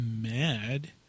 mad